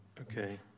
Okay